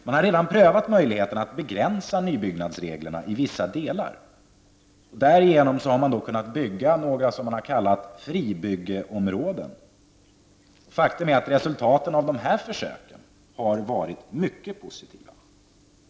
Man har redan prövat möjligheterna att begränsa nybyggnadsreglerna i vissa delar. Därigenom har man kunnat bygga några s.k. fribyggeområden. Resultaten av dessa försök har varit mycket positiva.